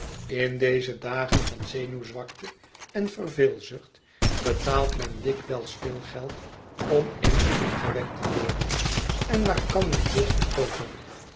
in deze dagen van zenuwzwakte en verveelzucht betaalt men dikwijls veel geld om eens opgewekt te worden en waar kan men dit goedkooper